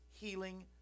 healing